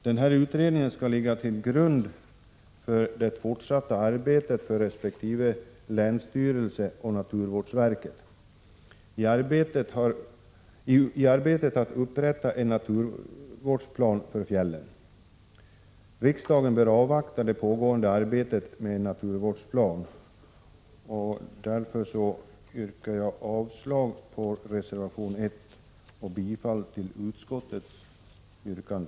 Den här utredningen skall ligga till grund för ett fortsatt arbete från resp. länsstyrelse och naturvårdsverket med att upprätta en naturvårdsplan för fjällen. Riksdagen bör avvakta det pågående arbetet med en naturvårdsplan. Därmed yrkar jag avslag på reservation 1 och bifall till utskottets hemställan.